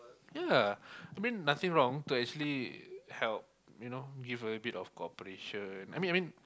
ya I mean nothing wrong to actually help you know give a bit of cooperation